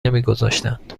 نمیگذاشتند